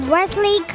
Wesley